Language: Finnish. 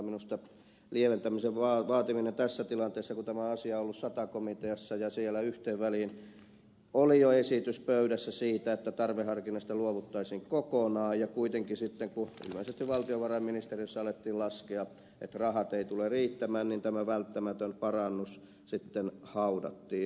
minusta lieventämisen vaatiminen on outoa tässä tilanteessa kun tämä asia on ollut sata komiteassa ja siellä yhteen väliin oli jo esitys pöydässä siitä että tarveharkinnasta luovuttaisiin kokonaan ja kuitenkin sitten kun ilmeisesti valtiovarainministeriössä alettiin laskea että rahat eivät tule riittämään tämä välttämätön parannus sitten haudattiin